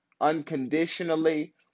unconditionally